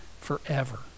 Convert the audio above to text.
forever